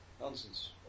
Nonsense